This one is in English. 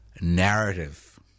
narrative